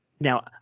now